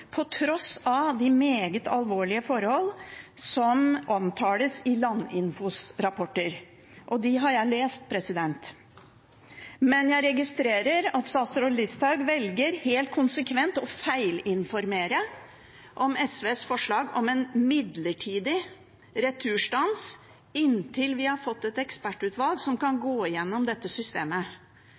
på tross av de meget alvorlige forhold som omtales i Landinfos rapporter. De har jeg lest. Men jeg registrerer at statsråd Listhaug velger helt konsekvent å feilinformere om SVs forslag om en midlertidig returstans, inntil vi har fått et ekspertutvalg som kan gå gjennom dette systemet.